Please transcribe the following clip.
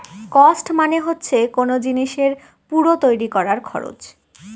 cost মানে হচ্ছে কোন জিনিসের পুরো তৈরী করার খরচ